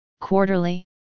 quarterly